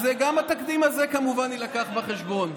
אז גם התקדים הזה כמובן יילקח בחשבון.